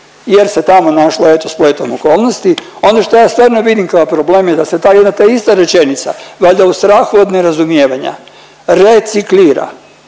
jer se tamo našla eto spletom okolnosti. Ono što ja stvarno vidim kao problem je da se ta jedna te ista rečenica, valjda u strahu od nerazumijevanja reciklira